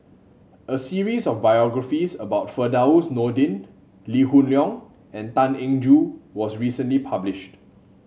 a series of biographies about Firdaus Nordin Lee Hoon Leong and Tan Eng Joo was recently published